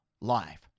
life